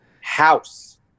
house